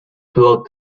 float